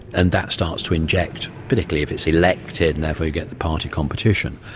and that starts to inject, particularly if it's elected and therefore you get the party competition,